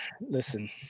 listen